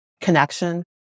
connection